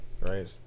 Right